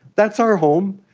that's our home,